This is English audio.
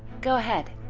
go ahead!